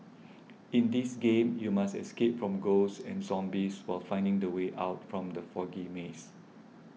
in this game you must escape from ghosts and zombies while finding the way out from the foggy maze